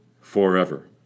forever